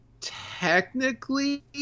technically